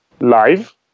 live